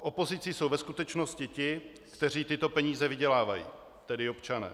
Opozicí jsou ve skutečnosti ti, kteří tyto peníze vydělávají, tedy občané.